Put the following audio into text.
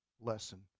lesson